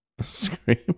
scream